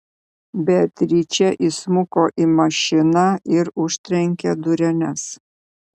beatričė įsmuko į mašiną ir užtrenkė dureles